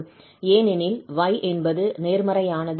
ஏனெனில் y என்பது நேர்மறையானது ஆகும்